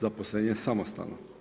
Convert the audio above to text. zaposlenje samostalno.